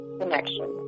connection